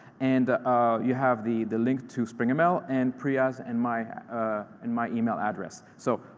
and ah ah you have the the link to springml, and priya's and my and my email address. so